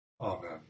Amen